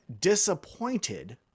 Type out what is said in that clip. disappointed